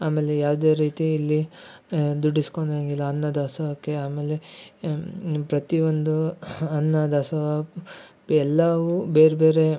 ಆಮೇಲೆ ಯಾವುದೇ ರೀತಿಯಲ್ಲಿ ದುಡ್ಡು ಇಸ್ಕೊಳೋ ಹಾಗಿಲ್ಲ ಅನ್ನ ದಾಸೋಹಕ್ಕೆ ಆಮೇಲೆ ಪ್ರತಿಯೊಂದು ಅನ್ನ ದಾಸೋಹ ಎಲ್ಲಾವೂ ಬೇರ್ಬೇರೆ